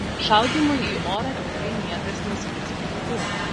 šaudymui į orą tikrai niekas neskirs pinigų